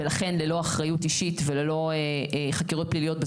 ולכן ללא אחריות אישית וללא חקירות פליליות.